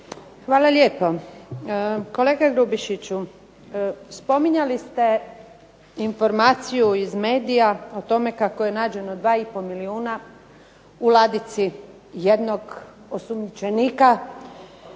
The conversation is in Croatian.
Hvala lijepo. Kolega Grubišiću, spominjali ste informaciju iz medija o tome kako je nađeno 2,5 milijuna u ladici jednog osumnjičenika